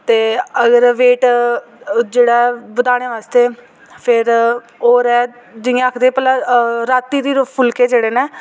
ते अगर वेट जेह्ड़ा बधाने बास्तै ते फिर होर ऐ जि'यां आखदे भला रातीं दे फुल्के जेह्डे़ न